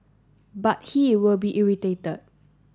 but he will be irritated